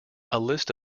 list